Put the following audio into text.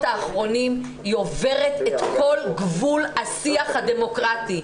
האחרונים היא עוברת כל גבול השיח הדמוקרטי.